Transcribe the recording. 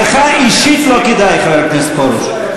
לך אישית לא כדאי, חבר הכנסת פרוש.